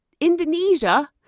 Indonesia